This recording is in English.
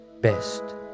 best